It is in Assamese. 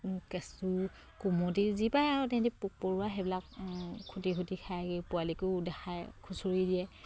কেঁচু কুমটি যি পাই আৰু সিহঁতি পোক পৰুৱা সেইবিলাক খুটি খুটি খাই পোৱালিকো দেখায় খুচৰি দিয়ে